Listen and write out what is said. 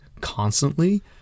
constantly